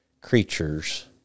creatures